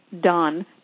done